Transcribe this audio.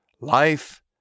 life